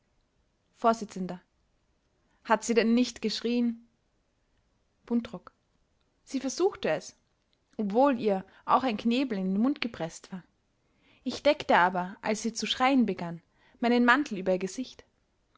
vors hat sie denn nicht geschrien buntrock sie versuchte es obwohl ihr auch ein knebel in den mund gepreßt war ich deckte aber als sie zu schreien begann meinen mantel über ihr gesicht